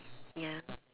ya